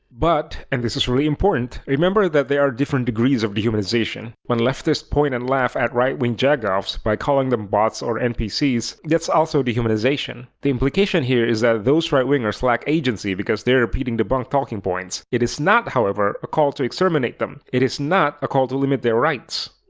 but, and this is really important, remember that there are different degrees of dehumanization. when leftists point and laugh at right-wing jagoffs by calling them bots or npcs, that's also dehumanization. the implication here is that those right-wingers lack agency because they're repeating debunked talking points. it is not, however, a call to exterminate them. it is not, however, a call to limit their rights.